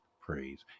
praise